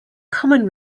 commonly